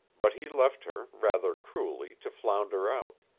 but he left her, rather cruelly, to flounder out.